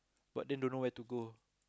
but then don't know where to go